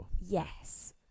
yes